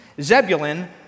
Zebulun